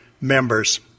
members